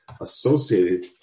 associated